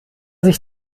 sich